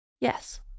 Yes